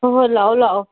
ꯍꯣꯏ ꯍꯣꯏ ꯂꯥꯛꯑꯣ ꯂꯥꯛꯑꯣ